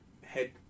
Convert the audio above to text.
head